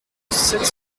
sept